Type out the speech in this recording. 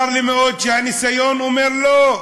צר לי מאוד שהניסיון אומר לא.